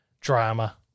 drama